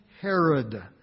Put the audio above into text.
Herod